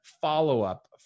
follow-up